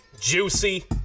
juicy